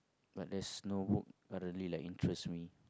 but there's no book that really like interest me